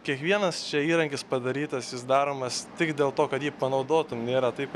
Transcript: kiekvienas čia įrankis padarytas jis daromas tik dėl to kad jį panaudotum nėra taip kad